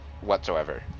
whatsoever